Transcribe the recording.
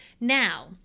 Now